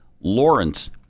Lawrence